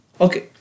Okay